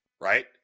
Right